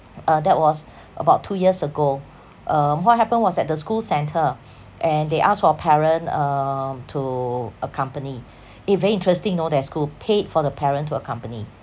uh that was about two years ago um what happened was at the school centre and they asked for parent um to accompany eh very interesting you know their school paid for the parent to accompany